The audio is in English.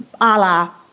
Allah